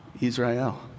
Israel